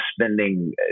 spending